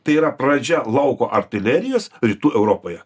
tai yra pradžia lauko artilerijos rytų europoje